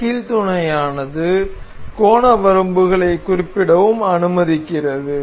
இந்த கீல் துணையானது கோண வரம்புகளைக் குறிப்பிடவும் அனுமதிக்கிறது